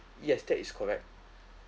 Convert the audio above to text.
yes that is correct